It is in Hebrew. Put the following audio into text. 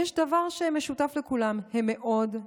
יש דבר שם משותף לכולם: הם מאוד,